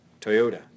Toyota